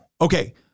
Okay